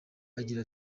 agira